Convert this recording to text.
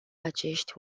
acești